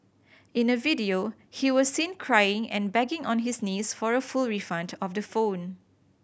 in a video he was seen crying and begging on his knees for a full refund of the phone